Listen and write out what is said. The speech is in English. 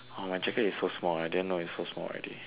orh my jacket is so small I didn't know it's so small already